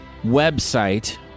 website